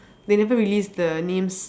they never release the names